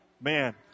man